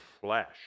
flash